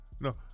No